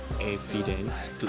evidence